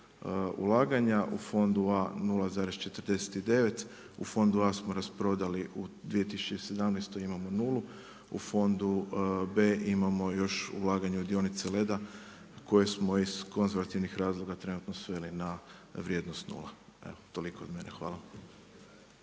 ulaganja, u fondu A 0,49, u fondu A smo rasprodali u 2017. imamo nulu, u fondu B imamo još ulaganje u dionice Leda, koje smo iz konzervativnih razloga trenutno sveli na vrijednost nula. Evo, toliko od mene. Hvala.